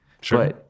Sure